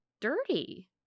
dirty